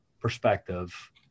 perspective